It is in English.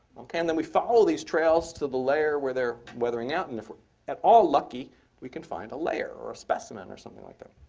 um then we follow these trails to the layer where they're weathering out, and if we're at all lucky we can find a layer, or a specimen, or something like that.